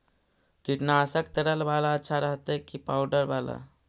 कीटनाशक तरल बाला अच्छा रहतै कि पाउडर बाला?